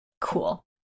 cool